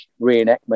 reenactment